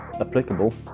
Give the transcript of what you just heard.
applicable